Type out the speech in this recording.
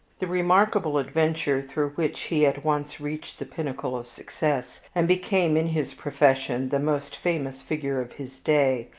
the remarkable adventure through which he at once reached the pinnacle of success, and became in his profession the most famous figure of his day,